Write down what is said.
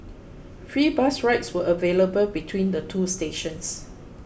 free bus rides were available between the two stations